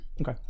Okay